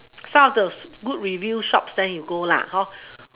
some of the good review shops then you go lah how